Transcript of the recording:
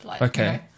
Okay